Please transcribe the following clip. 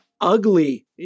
ugly